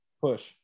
Push